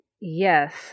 Yes